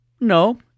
No